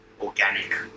Organic